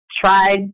tried